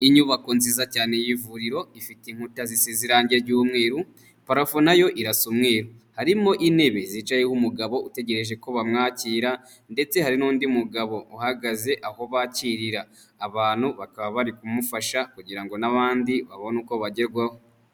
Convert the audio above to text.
Inyubako nziza cyane y'ivuriro ifite inkuta zisiz irange ry'umweru parafo nayo irasa umweru. Harimo intebe zicayeho umugabo utegereje ko bamwakira ndetse hari n'undi mugabo uhagaze aho bakirira abantu, bakaba bari kumufasha kugira ngo n'abandi babone uko bagerwaho.